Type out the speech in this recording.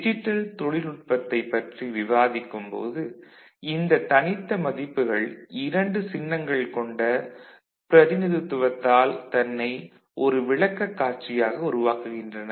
digital தொழில்நுட்பத்தைப் பற்றி விவாதிக்கும் போது இந்த தனித்த மதிப்புகள் 2 சின்னங்கள் கொண்ட பிரதிநிதித்துவத்தால் தன்னை ஒரு விளக்கக்காட்சியாக உருவாக்குகின்றன